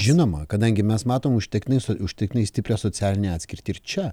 žinoma kadangi mes matom užtektinai užtektinai stiprią socialinę atskirtį ir čia